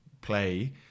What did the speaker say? play